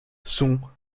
sons